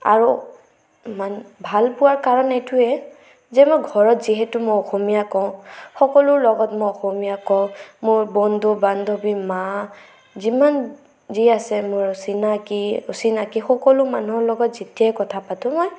আৰু মান ভাল পোৱাৰ কাৰণ এইটোৱে যে মই ঘৰত যিহেতু মই অসমীয়া কওঁ সকলোৰে লগত মই অসমীয়া কওঁ মোৰ বন্ধু বান্ধৱী মা যিমান যি আছে মোৰ চিনাকী অচিনাকী সকলো মানুহৰ লগত যেতিয়াই কথা পাতোঁ মই